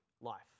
life